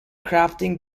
crafting